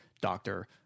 Doctor